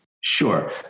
Sure